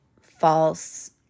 false